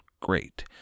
great